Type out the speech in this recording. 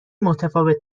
متفاوت